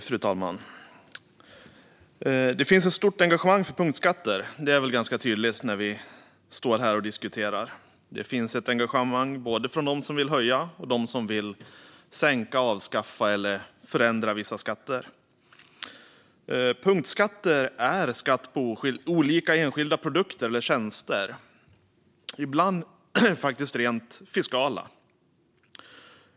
Fru talman! Det finns ett stort engagemang för punktskatter. Det är väl ganska tydligt när vi står här och diskuterar. Det finns ett engagemang både från dem som vill göra höjningar och från dem som vill sänka, avskaffa eller förändra vissa skatter. Punktskatter är skatter på olika enskilda produkter eller tjänster. Ibland är de rent fiskala.